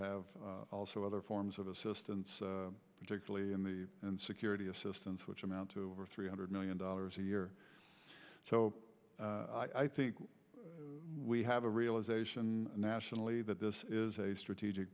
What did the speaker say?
have also other forms of assistance particularly in the and security assistance which amount to three hundred million dollars a year so i think we have a realization nationally that this is a strategic